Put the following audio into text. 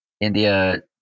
India